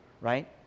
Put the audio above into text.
right